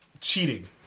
cheating